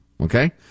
okay